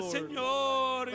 señor